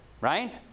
right